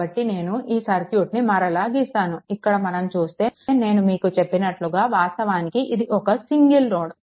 కాబట్టి నేను ఈ సర్క్యూట్ని మరలా గీస్తాను ఇక్కడ మనం చూస్తే నేను మీకు చెప్పినట్టు వాస్తవానికి ఇది ఒక సింగల్ నోడ్